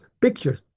pictures